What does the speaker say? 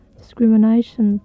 discrimination